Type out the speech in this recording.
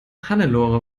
hannelore